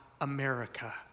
America